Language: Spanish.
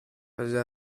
allá